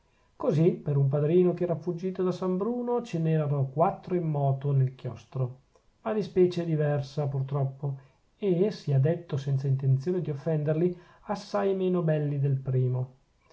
così per un padrino che era fuggito da san bruno ce n'erano quattro in moto nel chiostro ma di specie diversa pur troppo e sia detto senza intenzione di offenderli assai meno belli del primo